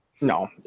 No